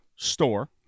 store